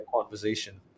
conversation